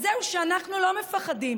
אז זהו, שאנחנו לא מפחדים.